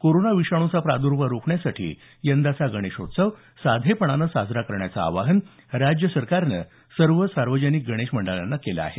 corona विषाणूचा प्रादर्भाव रोखण्यासाठी यंदाचा गणेशोत्सव साधेपणाने साजरा करण्याचं आवाहन राज्य सरकारनं सर्व सार्वजनिक गणेश मंडळांना केलं आहे